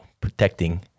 protecting